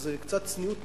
אז קצת צניעות מצדנו,